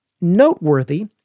noteworthy